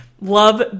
love